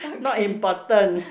not important